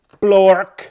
Blork